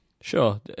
Sure